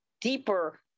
deeper